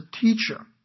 teacher